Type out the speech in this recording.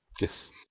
Yes